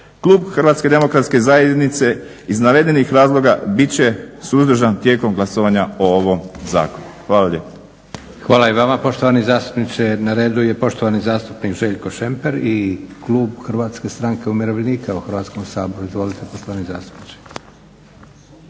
Klub Hrvatske demokratske zajednice iz navedenih razloga bit će suzdržan tijekom glasovanja o ovom zakonu. Hvala lijepo. **Leko, Josip (SDP)** Hvala i vama poštovani zastupniče. Na redu je poštovani zastupnik Željko Šemper i Klub Hrvatske stranke umirovljenika u Hrvatskom saboru. Izvolite poštovani zastupniče.